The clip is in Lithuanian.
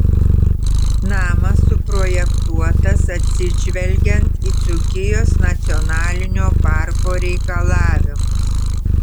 namas suprojektuotas atsižvelgiant į dzūkijos nacionalinio parko reikalavimus